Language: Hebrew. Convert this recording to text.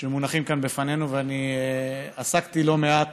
שמונחים כאן לפנינו, ואני עסקתי לא מעט